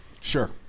sure